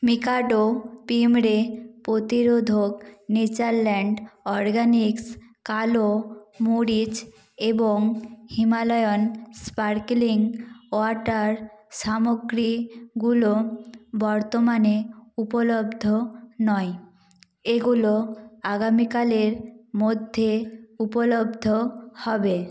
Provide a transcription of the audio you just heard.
Mikado পিঁপড়ে প্রতিরোধক Natureland organics কালো মরিচ এবং হিমালয়ান স্পার্কলিং ওয়াটার সামগ্রী গুলো বর্তমানে উপলব্ধ নয় এগুলো আগামীকালের মধ্যে উপলব্ধ হবে